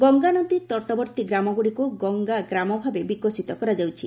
ଗଙ୍ଗାନଦୀ ତଟବର୍ତ୍ତୀ ଗ୍ରାମଗୁଡ଼ିକୁ ଗଙ୍ଗା ଗ୍ରାମ ଭାବେ ବିକଶିତ କରାଯାଉଛି